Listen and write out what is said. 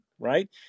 Right